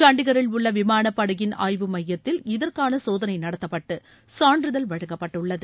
சண்டிகரில் உள்ள விமானப்படையின் ஆய்வு மையத்தில் இதற்கான சோதனை நடத்தப்பட்டு சான்றிதழ் வழங்கப்பட்டுள்ளது